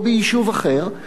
או ביישוב אחר,